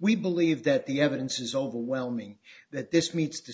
we believe that the evidence is overwhelming that this meets the